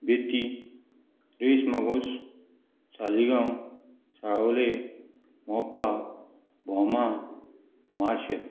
बिती रेश मगोश सालीगांव शाळावले मोपा भोमा मार्शल